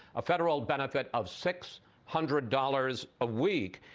ah federal benefit of six hundred dollars a week.